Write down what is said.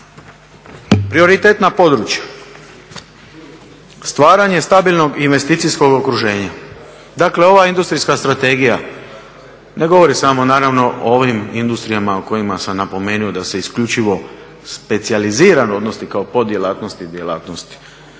Prioritetna područja, stvaranje stabilnog investicijskog okruženja. Dakle, ova industrijska strategija ne govori samo naravno o ovim industrijama o kojima sam napomenuo da se isključivo specijalizirano odnosi kao pod djelatnost i djelatnosti.